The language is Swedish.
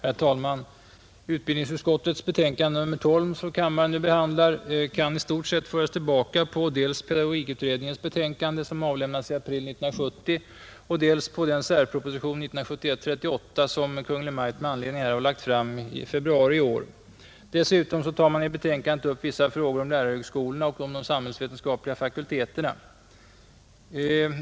Herr talman! Utbildningsutskottets betänkande nr 12, som kammaren nu behandlar, kan i stort sett föras tillbaka på dels pedagogikutredningens betänkande, som avlämnades i april 1970, dels den särproposition nr 38 år 1971, som Kungl. Maj:t med anledning härav lade fram den 26 februari i år. Dessutom tar man i betänkandet upp vissa frågor om lärarhögskolorna och de samhällsvetenskapliga fakulteterna.